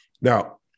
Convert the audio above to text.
Now